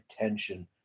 attention